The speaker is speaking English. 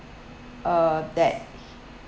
uh that